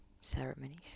ceremonies